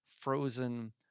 frozen